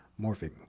morphing